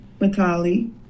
Matali